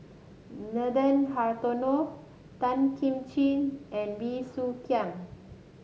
Nathan Hartono Tan Kim Ching and Bey Soo Khiang